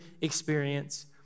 experience